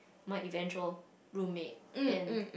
my eventual roommate and